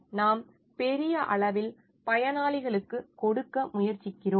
நாம் பெரிய அளவில் பயனாளிகளுக்கு கொடுக்க முயற்சிக்கிறோம்